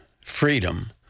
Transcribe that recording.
freedom